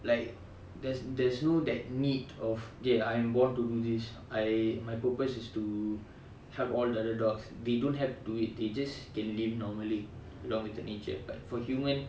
like there's there's no that need of okay I'm born to do this I my purpose is to help all the other dogs they don't have to do it they just can live normally along with the nature but for human